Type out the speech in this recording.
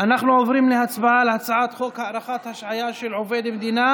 אנחנו עוברים להצבעה על הצעת חוק הארכת השעיה של עובד המדינה